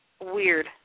weird